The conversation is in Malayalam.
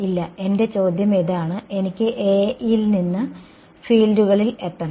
ഇല്ല എന്റെ ചോദ്യം ഇതാണ് എനിക്ക് A യിൽ നിന്ന് ഫീൽഡുകളിൽ എത്തണം